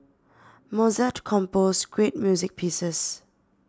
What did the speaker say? Mozart composed great music pieces